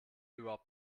überhaupt